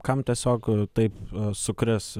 kam tiesiog taip sukris